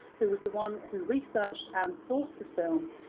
who was the one who researched and sourced the film,